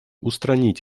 устранить